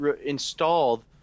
installed